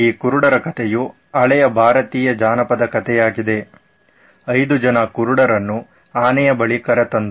ಈ ಕುರುಡರ ಕಥೆಯು ಹಳೆಯ ಭಾರತೀಯ ಜಾನಪದ ಕಥೆಯಾಗಿದೆ 5 ಜನ ಕುರುಡರನ್ನು ಆನೆಯ ಬಳಿಗೆ ಕರೆತಂದು